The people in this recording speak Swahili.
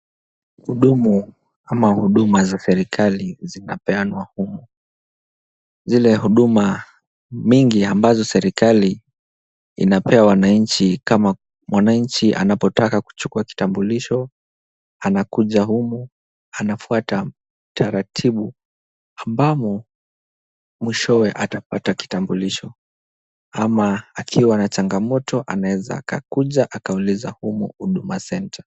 Hudumu ama huduma za serikali zinapeanwa humu. Zile huduma mingi ambazo serikali inape wananchi kama mwananchi anapotaka kuchukua kitambulisho, anakuja humu anafuata taratibu ambamo mwishowe atapata kitambulisho, ama akiwa na changamoto anaeza akakuja akauliza humu huduma center .